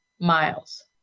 miles